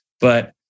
But-